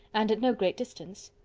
and at no great distance.